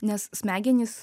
nes smegenys